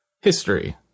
history